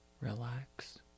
Relax